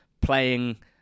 playing